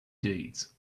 deeds